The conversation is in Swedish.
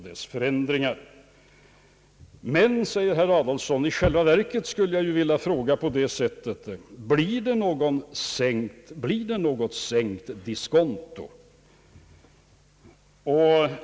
Herr Adolfsson säger, att han i själva verket skulle vilja fråga om det blir någon diskontosänkning.